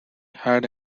had